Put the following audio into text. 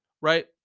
right